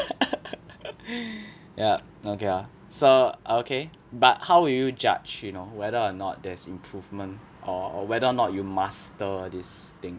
ya okay lah so okay but how will you judge you know whether or not there's improvement or or whether or not you master this thing